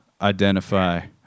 identify